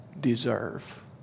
deserve